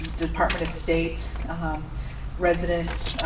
um department of state resident,